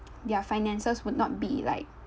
their finances would not be like